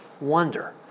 wonder